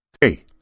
Hey